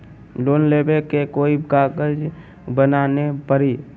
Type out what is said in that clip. Loan लेबे ले कोई कागज बनाने परी?